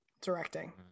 directing